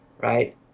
right